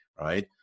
right